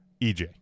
EJ